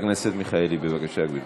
חברת הכנסת מיכאלי, בבקשה, גברתי.